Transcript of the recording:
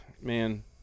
man